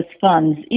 funds